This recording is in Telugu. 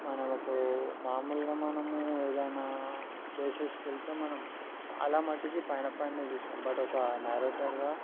మనం ఇప్పుడు మామూలుగా మనము ఏదైనా ప్లేసెస్కి వెళ్తే మనం చాలా మటికి పైన పైనే చూస్తాము బట్ ఒక నరేటర్గా